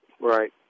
Right